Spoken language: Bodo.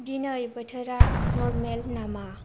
दिनै बोथोरा नरमेल नामा